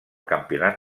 campionat